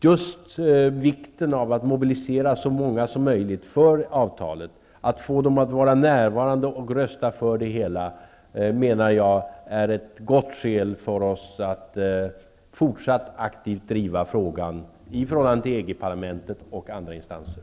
Just vikten av att mobilisera så många som möjligt för avtalet, att få dem att vara närvarande och rösta för det hela menar jag är ett gott skäl för oss att fortsätta att aktivt driva frågan i förhållande till EG-parlamentet och andra instanser.